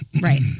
Right